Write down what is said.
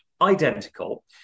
identical